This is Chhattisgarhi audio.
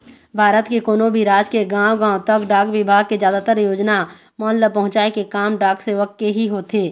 भारत के कोनो भी राज के गाँव गाँव तक डाक बिभाग के जादातर योजना मन ल पहुँचाय के काम डाक सेवक के ही होथे